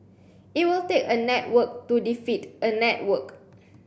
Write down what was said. it will take a network to defeat a network